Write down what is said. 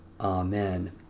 Amen